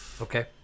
Okay